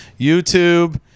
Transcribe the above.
YouTube